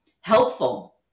helpful